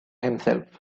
himself